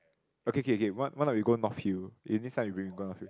okay K K why why not we go North Hill if next time you bring go North Hill